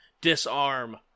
disarm